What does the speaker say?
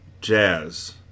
Jazz